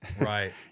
Right